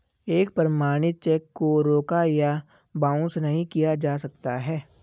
एक प्रमाणित चेक को रोका या बाउंस नहीं किया जा सकता है